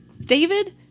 David